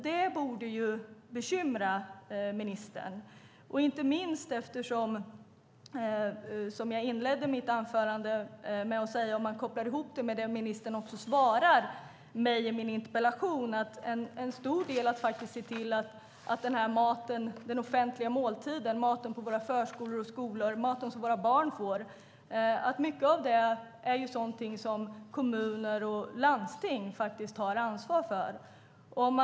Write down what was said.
Det borde bekymra ministern, inte minst om man kopplar ihop det med det som ministern svarar på min interpellation, att en stor del faktiskt är att se till att denna mat, den offentliga måltiden, alltså maten på våra förskolor och skolor - den mat som våra barn får - är sådant som kommuner och landsting faktiskt har ansvar för.